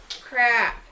Crap